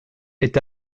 est